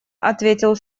ответил